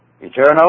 eternal